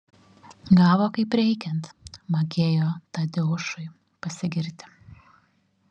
gavo kaip reikiant magėjo tadeušui pasigirti